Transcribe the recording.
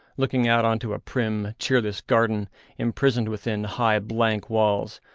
looking out on to a prim, cheerless garden imprisoned within high, blank walls,